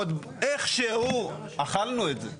עוד איכשהו אכלנו את זה,